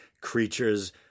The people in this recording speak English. creatures